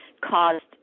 caused